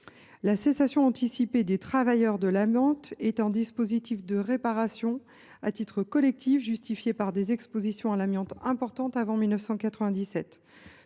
La cessation anticipée d’activité des travailleurs de l’amiante (Caata) est un dispositif de réparation à titre collectif, justifié par des expositions à l’amiante importantes intervenues